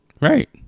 right